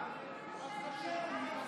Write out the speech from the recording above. חמש דקות, אדוני.